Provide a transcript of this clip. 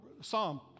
Psalm